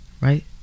right